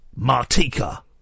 Martika